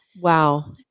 Wow